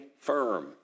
firm